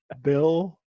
Bill